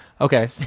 Okay